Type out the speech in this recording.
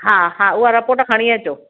हा हा हूअ रिपोर्ट खणी अचो